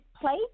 place